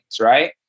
right